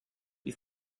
you